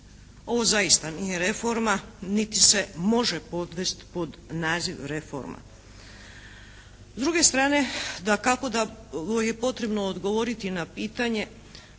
Ovo zaista nije reforma niti se može podvest pod naziv reforma. S druge strane dakako da je potrebno odgovoriti na pitanje